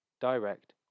direct